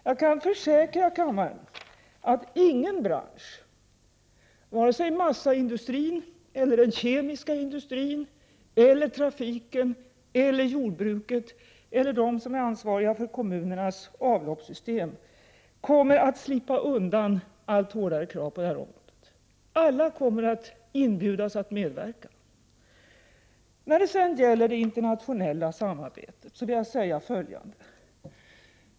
Jag kan försäkra kammaren att ingen bransch, vare sig massaindustrin eller den kemiska industrin eller trafiken eller jordbruket eller de som är ansvariga för kommunernas avloppssystem, kommer att slippa undan allt hårdare krav på detta område. Alla kommer att inbjudas att medverka. När det sedan gäller det internationella samarbetet vill jag säga följande.